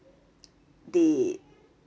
they